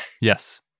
Yes